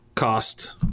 cost